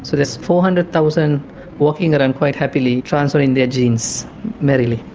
so that's four hundred thousand walking around quite happily transferring their genes merrily.